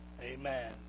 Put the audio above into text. amen